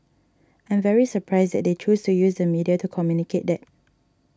I'm very surprised that they choose to use the media to communicate that